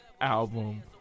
album